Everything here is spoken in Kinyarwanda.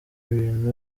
ibintu